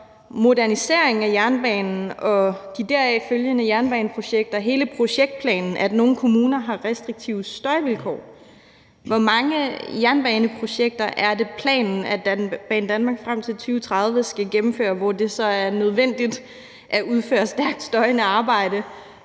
moderniseringen af jernbanen og de deraf følgende jernbaneprojekter, hele projektplanen, at nogle kommuner har restriktive støjvilkår? Hvor mange jernbaneprojekter er det planen, at Banedanmark frem til 2030 skal gennemføre, hvor det så er nødvendigt at udføre stærkt støjende arbejde